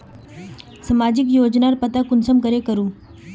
सामाजिक योजनार पता कुंसम करे करूम?